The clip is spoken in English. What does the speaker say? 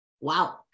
Wow